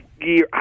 year